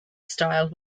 style